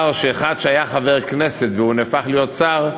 שאחד שהיה חבר הכנסת ונהפך להיות שר,